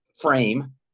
frame